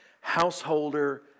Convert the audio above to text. Householder